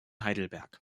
heidelberg